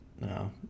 no